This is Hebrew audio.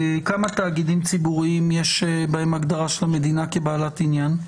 בכמה תאגידים ציבוריים יש הגדרה של המדינה כבעלת עניין?